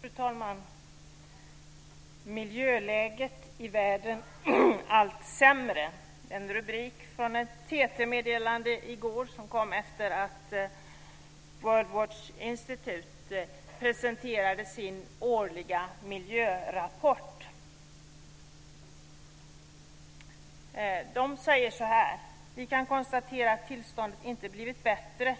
Fru talman! Miljöläget i världen allt sämre. Det är en rubrik på ett TT-meddelande som kom i går efter det att Worldwatch Institute presenterat sin årliga miljörapport. De säger så här: Vi kan konstatera att tillståndet inte blivit bättre